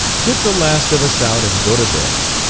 get the last of us out and go to bed.